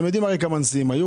הרי אתם יודעים כמה נשיאים היו.